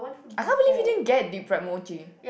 I can't believe you didn't get deep fried mochi